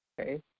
okay